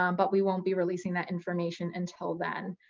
um but we won't be releasing that information until then.